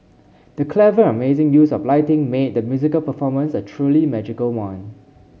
the clever and amazing use of lighting made the musical performance a truly magical one